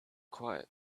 quiet